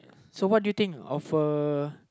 so what do you think of a